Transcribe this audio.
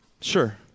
Sure